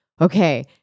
okay